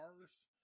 cars